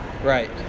Right